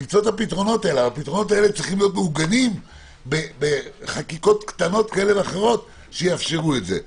הפתרונות האלה צריכים להיות מעוגנים בחקיקות שיאפשרו את זה.